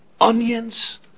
Onions